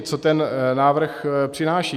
Co ten návrh přináší?